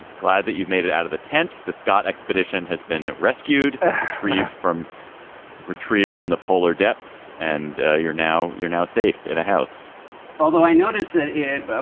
glad that you've made it out of the tent. the scott expedition has been rescued from retrieved from the polar depths. and ah you're now you're now safe at a house although i noticed that it. but